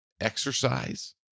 Exercise